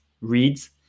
reads